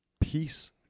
peace